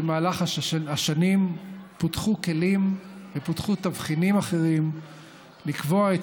במהלך השנים פותחו כלים ופותחו תבחינים אחרים לקבוע את